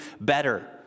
better